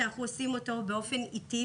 שאנחנו עושים אותו באופן איטי,